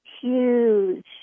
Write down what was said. huge